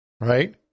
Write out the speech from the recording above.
right